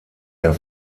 der